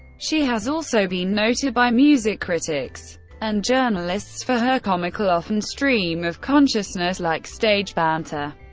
she has also been noted by music critics and journalists for her comical, often stream-of-consciousness-like stage banter.